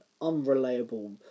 unreliable